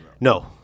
No